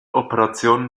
operationen